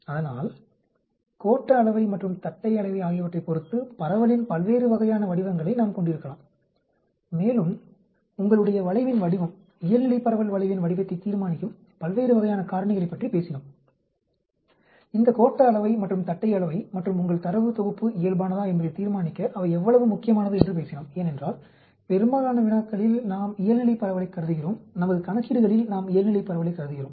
அதனால் கோட்ட அளவை மற்றும் தட்டை அளவை ஆகியவற்றைப் பொறுத்து பரவலின் பல்வேறு வகையான வடிவங்களை நாம் கொண்டிருக்கலாம் மேலும் உங்களுடைய வளைவின் வடிவம் இயல்நிலைப் பரவல் வளைவின் வடிவத்தை தீர்மானிக்கும் பல்வேறு வகையான காரணிகளைப் பற்றி பேசினோம் இந்த கோட்ட அளவை மற்றும் தட்டை அளவை மற்றும் உங்கள் தரவு தொகுப்பு இயல்பானதா என்பதை தீர்மானிக்க அவை எவ்வளவு முக்கியமானது என்று பேசினோம் ஏனென்றால் பெரும்பாலான வினாக்களில் நாம் இயல்நிலைப் பரவலைக் கருதுகிறோம் நமது கணக்கீடுகளில் நாம் இயல்நிலைப் பரவலைக் கருதுகிறோம்